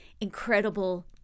incredible